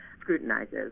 scrutinizes